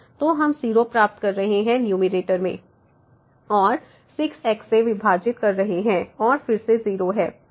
तो हम 0 प्राप्त कर रहे हैं न्यूमैरेटर में और 6 x से विभाजित कर रहे हैं जो फिर से 0 है